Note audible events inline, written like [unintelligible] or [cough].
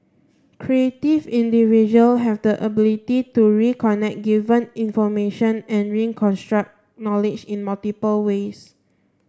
creative individual have the ability to reconnect given information and [unintelligible] knowledge in multiple ways